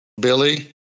Billy